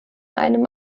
einem